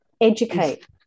Educate